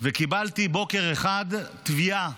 וקיבלתי בוקר אחד תביעה.